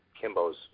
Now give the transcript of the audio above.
Kimbo's